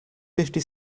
fifty